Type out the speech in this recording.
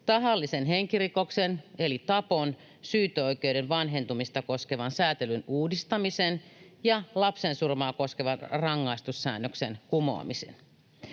tahallisen henkirikoksen eli tapon syyteoikeuden vanhentumista koskevan sääntelyn uudistamista ja lapsensurmaa koskevan rangaistussäännöksen kumoamista.